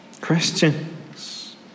Christians